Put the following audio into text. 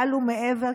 מעל ומעבר,